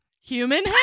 Human